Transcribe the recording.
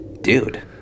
dude